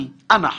אנחנו,